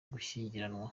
gushyingiranwa